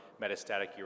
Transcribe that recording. metastatic